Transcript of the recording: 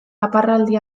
aparraldi